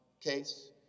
case